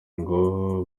ngo